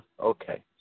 Okay